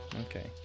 Okay